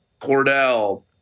Cordell